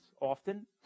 often